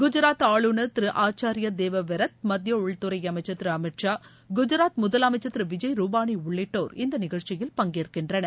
குஜாத் ஆஞநர் திரு ஆச்சார்ய தேவவிரத் மத்திய உள்துறை அமைச்சர் திரு அமித் ஷா குஜாத் முதலமைச்சர் திரு விஜய் ரூபாளி உள்ளிட்டோர் இந்த நிகழ்ச்சியில் பங்கேற்கின்றனர்